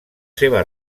seves